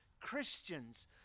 Christians